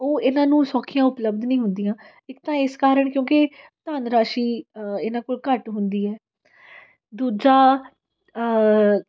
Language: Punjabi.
ਉਹ ਇਹਨਾਂ ਨੂੰ ਸੌਖੀਆਂ ਉਪਲਬਧ ਨਹੀਂ ਹੁੰਦੀਆਂ ਇੱਕ ਤਾਂ ਇਸ ਕਾਰਨ ਕਿਉਂਕਿ ਧਨ ਰਾਸ਼ੀ ਇਹਨਾਂ ਕੋਲ ਘੱਟ ਹੁੰਦੀ ਹੈ ਦੂਜਾ